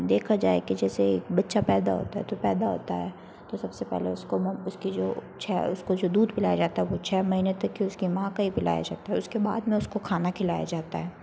देखा जाए के जैसे एक बच्चा पैदा होता है तो पैदा होता है तो सबसे पहले उसको उसकी जो छ है उसको जो दूध पिलाया जाता है वो छ महीने तक कि उसकी माँ का ही पिलाया जाता है उसके बाद में उसको खाना खिलाया जाता है